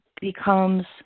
becomes